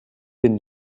den